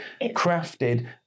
crafted